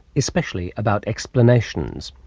especially about explanations.